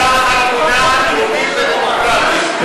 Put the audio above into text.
אנחנו מדינה יהודית ודמוקרטית,